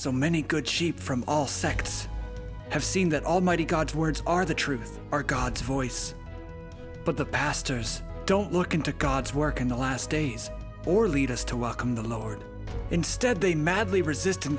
so many good sheep from all sects have seen that almighty god words are the truth are god's voice but the pastors don't look into god's work in the last days or lead us to welcome the lowered instead they madly resist an